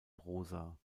prosa